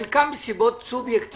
חלקן מסיבות סובייקטיביות